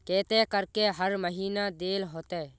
केते करके हर महीना देल होते?